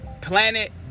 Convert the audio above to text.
planet